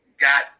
got